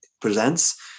presents